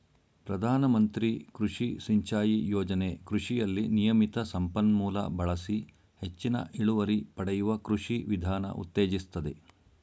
ಪ್ರಧಾನಮಂತ್ರಿ ಕೃಷಿ ಸಿಂಚಾಯಿ ಯೋಜನೆ ಕೃಷಿಯಲ್ಲಿ ನಿಯಮಿತ ಸಂಪನ್ಮೂಲ ಬಳಸಿ ಹೆಚ್ಚಿನ ಇಳುವರಿ ಪಡೆಯುವ ಕೃಷಿ ವಿಧಾನ ಉತ್ತೇಜಿಸ್ತದೆ